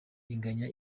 inganya